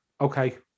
okay